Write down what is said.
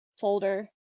folder